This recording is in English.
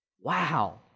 Wow